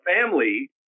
family